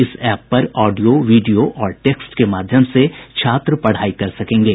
इस एप पर audio video और टेक्सट के माध्यम से छात्र पढ़ाई कर सकेंगे